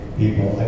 people